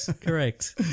Correct